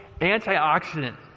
antioxidant